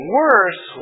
worse